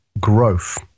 growth